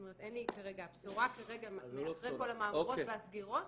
הבשורה כרגע אחרי כל המהמורות והסגירות,